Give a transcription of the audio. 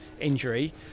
injury